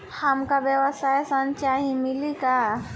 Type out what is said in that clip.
हमका व्यवसाय ऋण चाही मिली का?